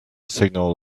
signal